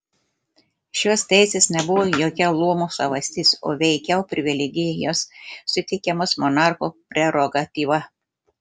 šios teisės nebuvo jokia luomų savastis o veikiau privilegijos suteikiamos monarcho prerogatyva